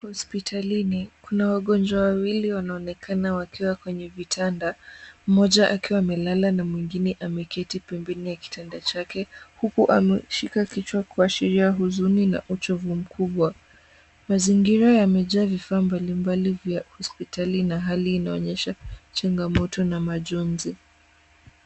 Hospitalini kuna wagonjwa wawili wanaoonekana wakiwa kwenye vitanda mmoja akiwa amelala na mwengine ameketi pembeni mwa kitanda chake huku ameshika kichwa kuashiria huzuni na uchovu mkubwa. Mazingira yamejaa vifaa mbalimbali za hospitali na hali inaonyesha changamoto na majonzi.